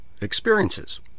Experiences